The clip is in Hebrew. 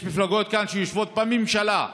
יש מפלגות כאן שיושבות בממשלה,